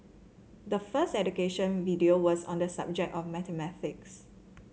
the first education video was on the subject of mathematics